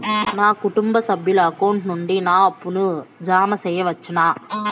నా కుటుంబ సభ్యుల అకౌంట్ నుండి నా అప్పును జామ సెయవచ్చునా?